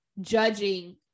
judging